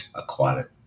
aquatic